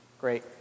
Great